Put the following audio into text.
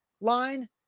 line